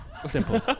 Simple